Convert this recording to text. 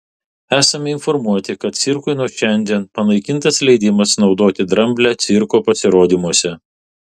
esame informuoti kad cirkui nuo šiandien panaikintas leidimas naudoti dramblę cirko pasirodymuose